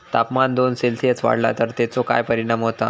तापमान दोन सेल्सिअस वाढला तर तेचो काय परिणाम होता?